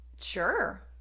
Sure